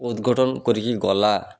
ଉଦ୍ଘାଟନ୍ କରିକି ଗଲା